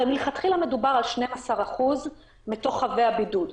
הרי מלכתחילה מדובר על 12% מתוך חבי הבידוד.